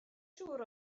siŵr